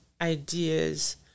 ideas